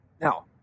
Now